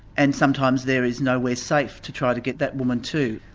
and sometimes there is nowhere safe to try to get that woman to,